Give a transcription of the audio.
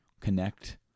connect